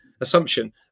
assumption